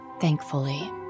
Thankfully